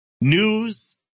news